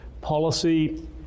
policy